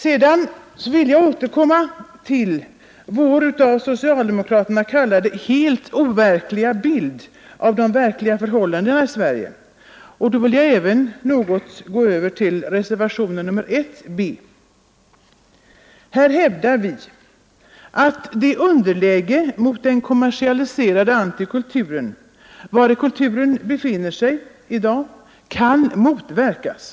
Sedan vill jag återkomma till vår enligt socialdemokraterna helt orealistiska bild av de verkliga förhållandena här i Sverige, och då vill jag också gå över till min reservation A 1 b. Där hävdar jag att det underläge mot den kommersialiserade antikulturen som kulturen nu befinner sig i kan motverkas.